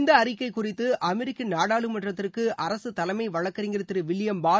இந்த அறிக்கை குறித்து அமெரிக்க நாடாளுமன்றத்திற்கு அரசு தலைமை வழக்கறிஞர் திரு வில்லியம் பார்